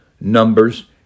Numbers